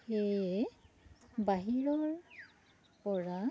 সেয়ে বাহিৰৰ পৰা